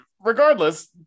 regardless